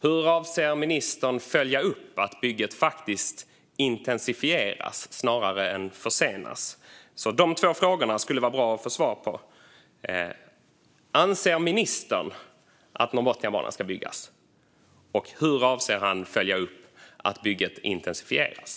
Hur avser ministern att följa upp att bygget faktiskt intensifieras snarare än försenas? Det skulle vara bra att få svar på dessa två frågor. Anser ministern att Norrbotniabanan ska byggas, och hur avser han att följa upp att bygget intensifieras?